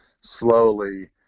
slowly